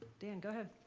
dan, go ahead.